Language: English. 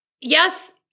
yes